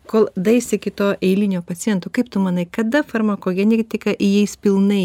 kol daeis iki to eilinio paciento kaip tu manai kada farmakogenetika įeis pilnai